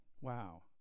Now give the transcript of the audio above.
wow